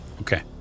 Okay